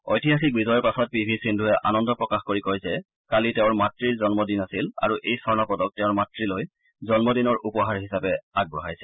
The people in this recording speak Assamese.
ঐতিহাসিক বিজয়ৰ পাছত পি ভি সিন্ধুৰে আনন্দ প্ৰকাশ কৰি কয় যে কালি তেওঁৰ মাত়ৰ জন্মদিন আছিল আৰু এই স্বৰ্ণ পদক তেওঁৰ মাত়লৈ জন্মদিনৰ উপহাৰ হিচাপে আগবঢ়াইছে